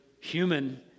human